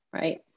right